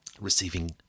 Receiving